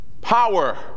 Power